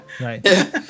right